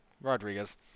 Rodriguez